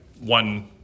one